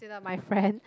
you're my friend